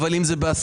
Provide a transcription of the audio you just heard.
אבל אם זה בהסכמה.